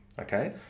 okay